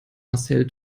marcel